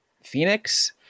Phoenix